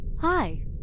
Hi